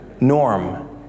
Norm